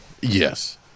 Yes